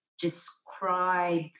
describe